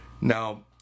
Now